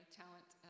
talent